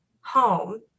home